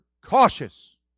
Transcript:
cautious